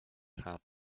have